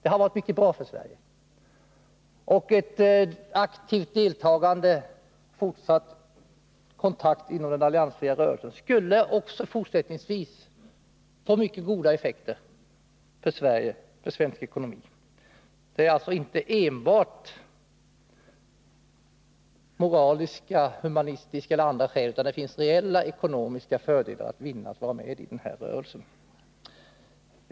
Ett aktivt deltagande och en fortsatt kontakt inom den alliansfria rörelsen skulle också fortsättningsvis få mycket goda effekter för Sverige och för svensk ekonomi. Det är alltså inte enbart av moraliska, humanitära eller andra skäl som Sverige bör söka medlemskap i den alliansfria rörelsen, utan det finns också reella ekonomiska fördelar att vinna genom att vara med i den rörelsen.